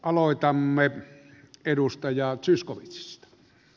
aloitamme edustaja zyskowiczista